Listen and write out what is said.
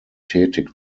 tätig